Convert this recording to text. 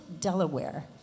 Delaware